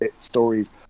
stories